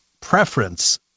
preference